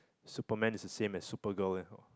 Superman is the same as Supergirl